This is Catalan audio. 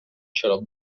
xarop